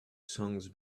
songs